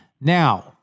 Now